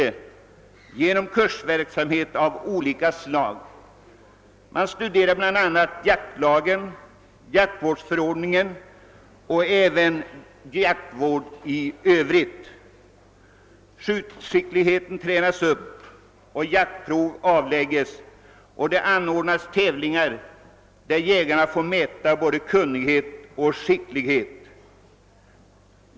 Man gör det genom kursverksamhet av olika slag, där deltagarna bl.a. studerar jaktlag och jaktvårdsförordningar samt jaktvård i övrigt. Vidare tränas skjutskickligheten upp och jaktprov avlägges. Likaså anordnas tävlingar vid vilka jägarna får mäta sin kunnighet och skicklighet.